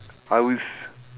I will s~